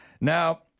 Now